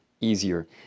easier